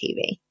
TV